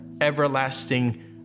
everlasting